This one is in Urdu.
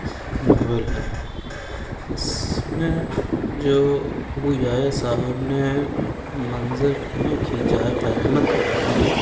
ناول ہے اس ميں جو ابويحىٰ صاحب نے منظر ہميں كھينچا ہے قیامت کے بارے میں